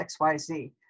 XYZ